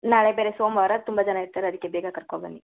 ನಾಳೆ ಬೇರೆ ಸೋಮವಾರ ತುಂಬ ಜನ ಇರ್ತಾರೆ ಅದಕ್ಕೆ ಬೇಗ ಕರಕೋ ಬನ್ನಿ